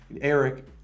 Eric